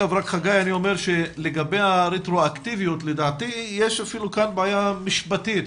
לגבי הרטרואקטיביות לדעתי יש כאן גם בעיה משפטית,